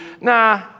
Nah